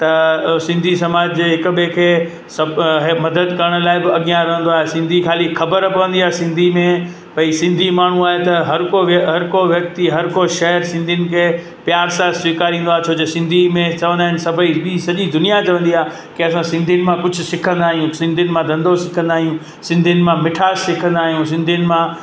त सिंधी समाज जे हिक ॿिए खे सभु िहे मदद करण लाइ बि अॻियां रहंदो आहे सिंधी ख़ाली ख़बर पवंदी आ्हे सिंधी में भई सिंधी माण्हू आहिनि त हर को व्य हर को व्यक्ति हर को शहरु सिंधियुनि खे प्यार सां स्वीकारींदो आहे छो जो सिंधी में चवंदा आहिनि सभई बि सॼी दुनिया चवंदी आहे की असां सिंधियुनि मां कुझु सिखंदा आहियूं सिंधियुनि मां धंधो सिखंदा आहियूं सिंधियुनि मां मिठास सिखंदा आहियूं सिंधियुनि मां